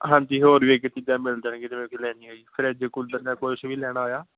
ਹਾਂਜੀ ਹੋਰ ਵੀ ਮਿਲ ਜਾਣਗੀਆਂ ਜਿਵੇਂ ਕਿ ਲੈਣੀ ਹੋਈ ਫਰਿੱਜ ਕੂਲਰ ਜਾਂ ਕੁਛ ਵੀ ਲੈਣਾ ਹੋਇਆ